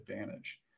advantage